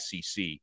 sec